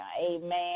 amen